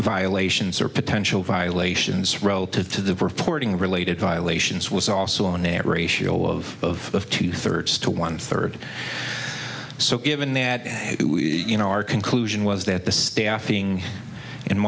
violations or potential violations relative to the reporting related violations was also an aberration of two thirds to one third so given that you know our conclusion was that the staffing